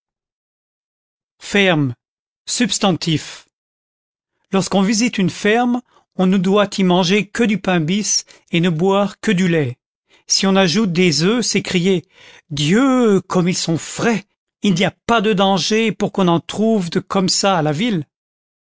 ferme subst lorsqu'on visite une ferme on ne doit y manger que du pain bis et ne boire que du lait si on ajoute des oeufs s'écrier dieu comme ils sont frais il n'y a pas de danger pour qu'on en trouve de comme ça à la ville